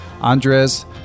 Andres